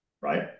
right